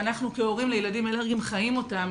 ואנחנו כהורים לילדים אלרגיים חיים אותם.